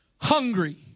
hungry